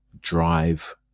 drive